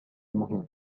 المهم